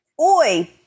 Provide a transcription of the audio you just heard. Oi